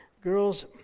girls